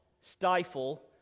stifle